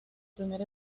primer